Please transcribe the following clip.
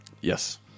Yes